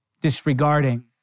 disregarding